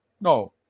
no